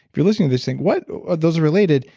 if you're listening to this saying what? are those related?